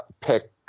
pick